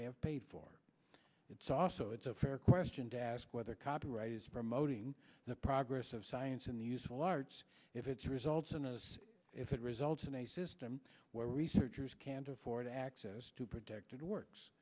have paid for it so also it's a fair question to ask whether copyright is promoting the progress of science in the useful arts if its results and most if it results in a system where researchers can't afford access to protected works